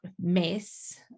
mess